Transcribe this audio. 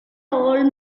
old